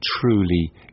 truly